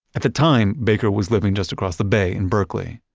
at the time, baker was living just across the bay in berkeley.